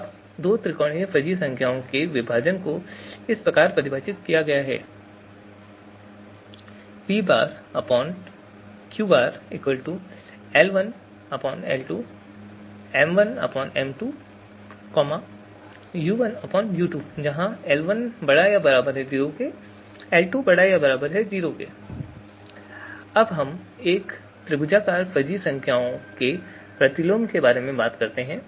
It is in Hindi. अब दो त्रिकोणीय फजी संख्याओं के विभाजन को इस प्रकार परिभाषित किया गया है अब हम एक त्रिभुजाकार फजी संख्याओं के प्रतिलोम के बारे में बात करते हैं